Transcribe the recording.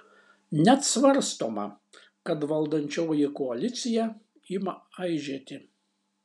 net svarstoma kad valdančioji koalicija ima aižėti